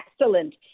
Excellent